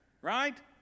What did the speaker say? Right